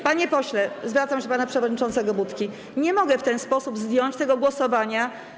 Panie pośle, zwracam się do pana przewodniczącego Budki, nie mogę w ten sposób zdjąć tego głosowania.